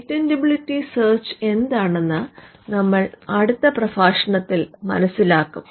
patentability search എന്താണെന്ന് നമ്മൾ അടുത്ത പ്രഭാഷണത്തിൽ മനസിലാക്കും